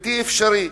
בלתי אפשרי.